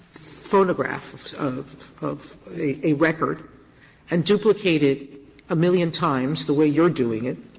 phonograph of of a record and duplicate it a million times the way you're doing it,